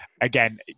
again